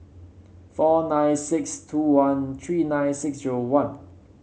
four nine six two one three nine six zero one